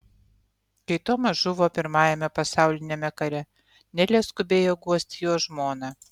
kai tomas žuvo pirmajame pasauliniame kare nelė skubėjo guosti jo žmoną